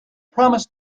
promised